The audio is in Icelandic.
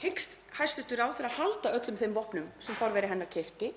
Hyggst hæstv. ráðherra halda öllum þeim vopnum sem forveri hennar keypti?